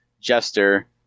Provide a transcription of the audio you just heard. Jester